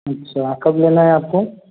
अच्छा कब लेना है आपको